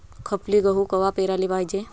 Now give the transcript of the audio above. खपली गहू कवा पेराले पायजे?